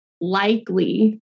likely